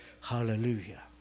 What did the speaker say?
Hallelujah